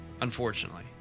Unfortunately